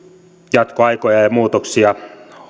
jatkoaikoja ja muutoksia